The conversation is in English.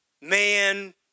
man